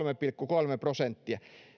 pilkku kolme prosenttia